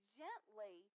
gently